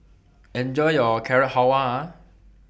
Enjoy your Carrot Halwa